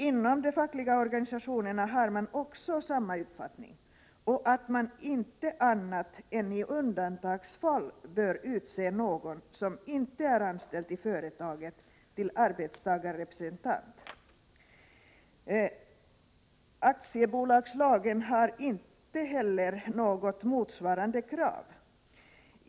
Inom de fackliga organisationerna har man samma uppfattning, och man anser att man inte annat än i undantagsfall bör utse någon som inte är anställd i företaget till arbetstagarrepresentant. Aktiebolagslagen har inte något motsvarande krav.